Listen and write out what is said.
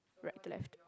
right left